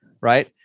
Right